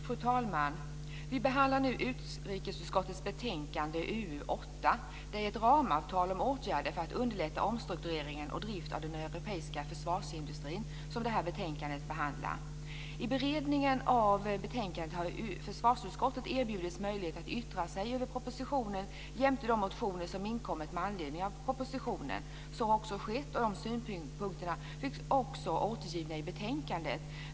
Fru talman! Vi behandlar nu utrikesutskottets betänkande UU8. Det är ett ramavtal om åtgärder för att underlätta omstrukturering och drift av de europeiska försvarsindustrin som det här betänkandet behandlar. I beredningen av betänkandet har försvarsutskottet erbjudits möjlighet att yttra sig över propositionen jämte de motioner som inkommit med anledning av propositionen. Så har också skett, och de synpunkterna är återgivna i betänkandet.